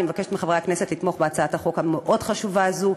אני מבקשת מחברי הכנסת לתמוך בהצעת החוק המאוד-חשובה הזאת,